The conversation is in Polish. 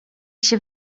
się